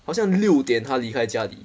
好像六点她离开家里